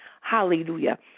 Hallelujah